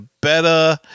better